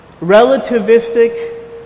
relativistic